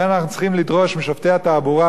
לכן אנחנו צריכים לדרוש משופטי התעבורה